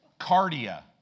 Cardia